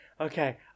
okay